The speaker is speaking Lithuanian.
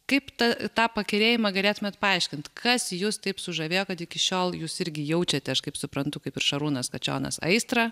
kaip ta tą pakerėjimą galėtumėt paaiškint kas jus taip sužavėjo kad iki šiol jūs irgi jaučiate aš kaip suprantu kaip ir šarūnas kačionas aistrą